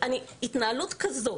התנהלות כזאת,